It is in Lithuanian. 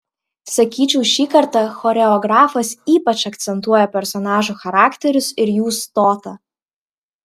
sakyčiau šį kartą choreografas ypač akcentuoja personažų charakterius ir jų stotą